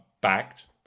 backed